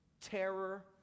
terror